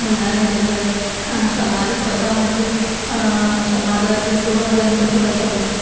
बुलढाणा जिल्ह्यात सामाजिक प्रथा म्हणजे समाजात जे पूर्ण गनपती बसवणे